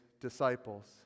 disciples